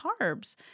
carbs